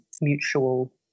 mutual